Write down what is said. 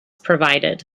provided